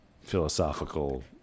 philosophical